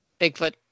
Bigfoot